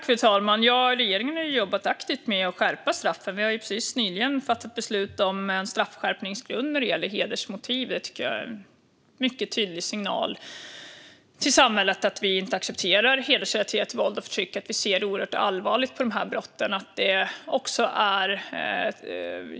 Fru talman! Regeringen har jobbat aktivt med att skärpa straffen. Vi har precis nyligen fattat beslut om en straffskärpningsgrund när det gäller hedersmotiv. Det tycker jag är en mycket tydlig signal till samhället att vi inte accepterar hedersrelaterat våld och förtryck och att vi ser oerhört allvarligt på de här brotten.